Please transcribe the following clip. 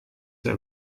der